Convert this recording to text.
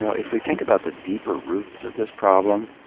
you know if we think about the deeper roots of this problem,